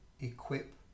Equip